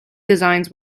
designs